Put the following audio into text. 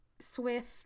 swift